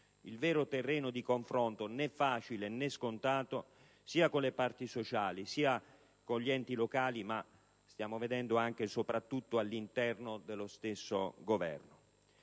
il vero terreno di confronto, né facile né scontato, sia con le parti sociali, sia con gli enti locali, ma stiamo vedendo anche, e soprattutto, all'interno dello stesso Governo.